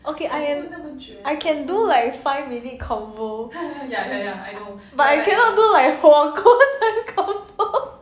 okay I am I can do like five minute convo but I cannot do like 火锅的 convo